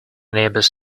neighbour’s